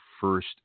first